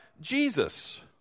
Jesus